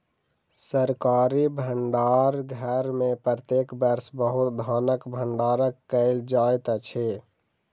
सरकारी भण्डार घर में प्रत्येक वर्ष बहुत धानक भण्डारण कयल जाइत अछि